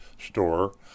store